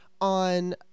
on